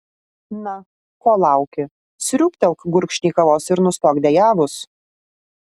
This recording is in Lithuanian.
na ko lauki sriūbtelk gurkšnį kavos ir nustok dejavus